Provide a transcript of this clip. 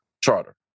charter